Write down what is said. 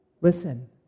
Listen